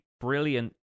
brilliant